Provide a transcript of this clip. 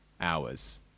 hours